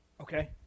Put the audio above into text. Okay